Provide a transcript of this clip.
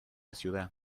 ciudad